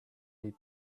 need